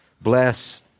bless